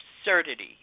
absurdity